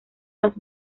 los